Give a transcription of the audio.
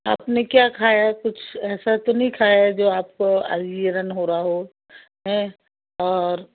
आपने क्या खाया कुछ ऐसा तो नहीं खाया जो आपको आईविरियन हो रहा हो हैं और